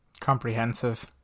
Comprehensive